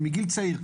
ומגיל צעיר.